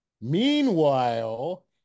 Meanwhile